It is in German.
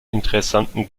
interessanten